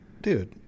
dude